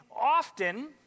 often